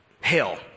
hell